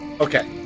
Okay